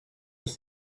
was